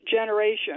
generation